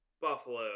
Buffalo